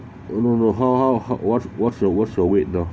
oh no no how how how what's what's your what's your weight now